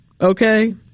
Okay